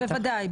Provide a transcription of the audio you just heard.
בוודאי,